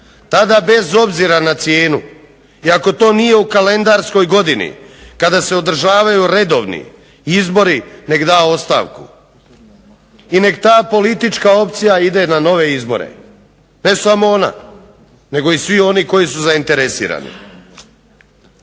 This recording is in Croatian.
tada bez obzira na cijenu i ako to nije u kalendarskoj godini kada se održavaju redovni izbori nek da ostavku i nek ta politička opcija ide na nove izbore. Ne samo ona nego i svi oni koji su zainteresirani.